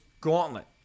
gauntlet